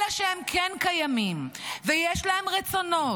אלא שהם כן קיימים, ויש להם רצונות.